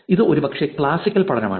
ഇത് ഒരുപക്ഷേ ക്ലാസിക്കൽ പഠനമാണ്